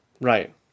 Right